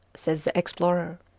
says the explorer.